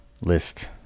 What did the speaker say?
list